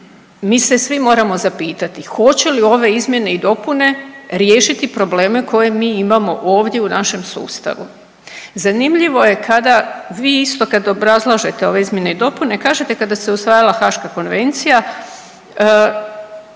mi se svi moramo zapitati hoće li ove izmjene i dopune riješiti probleme koje mi imamo ovdje u našem sustavu. Zanimljivo je kada, vi isto kad obrazlažete ove izmjene i dopune kažete kada se usvajala Haaška konvencija